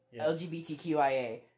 LGBTQIA